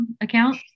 account